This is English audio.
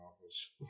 office